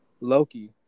Loki